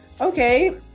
okay